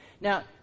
Now